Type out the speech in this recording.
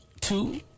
two